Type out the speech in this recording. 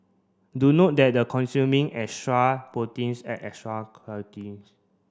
do note that the consuming extra proteins and add extra